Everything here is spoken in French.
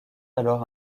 alors